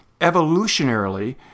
evolutionarily